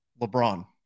LeBron